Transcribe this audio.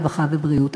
הרווחה והבריאות.